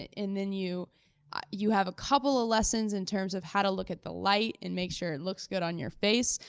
and then you you have a couple of lessons in terms of how to look at the light and make sure it looks good on your face,